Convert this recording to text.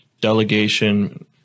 delegation